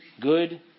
good